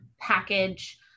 package